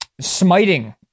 smiting